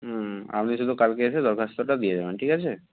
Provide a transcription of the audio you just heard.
হুম আপনি শুধু কালকে এসে দরখাস্তটা দিয়ে যাবেন ঠিক আছে